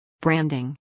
branding